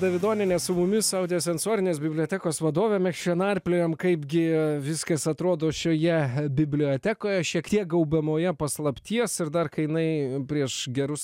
davidonienė su mumis audio sensorinės bibliotekos vadovė mes čia narpliojom kaipgi viskas atrodo šioje bibliotekoje šiek tiek gaubiamoje paslapties ir dar kai jinai prieš gerus